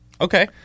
Okay